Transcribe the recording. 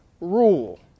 rule